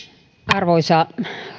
arvoisa